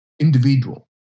individual